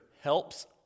helps